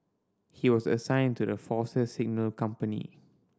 he was assigned to the Force's Signal company